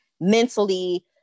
mentally